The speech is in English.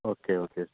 okay okay